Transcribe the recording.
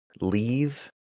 leave